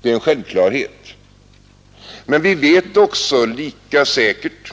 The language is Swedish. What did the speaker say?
Det är en självklarhet. Men vi vet lika säkert